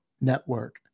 network